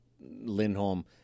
Lindholm